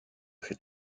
très